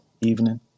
evening